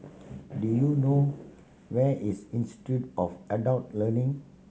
do you know where is Institute of Adult Learning